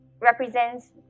represents